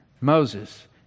Moses